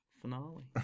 finale